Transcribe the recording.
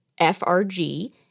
FRG